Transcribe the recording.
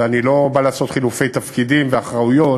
ואני לא בא לעשות חילופי תפקידים ואחריויות,